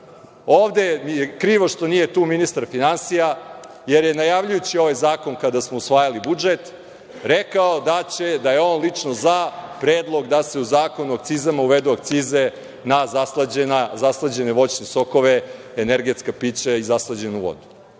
mi je što tu nije ministar finansija, jer je, najavljujući ovaj zakon kada smo usvajali budžet, rekao da je on lično za predlog da se u Zakon o akcizama uvede akcize na zaslađene voćne sokove, energetska pića i zaslađenu vodu.